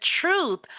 truth